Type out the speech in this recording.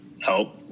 help